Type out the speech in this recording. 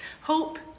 Hope